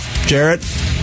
Jarrett